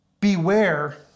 beware